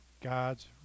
God's